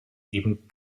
eben